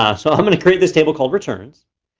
ah so i'm going to create this table called returns.